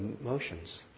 emotions